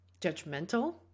judgmental